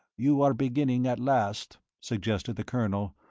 you are beginning at last, suggested the colonel,